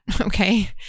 okay